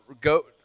go